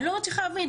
אני לא מצליחה להבין,